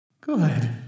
Good